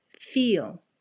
Feel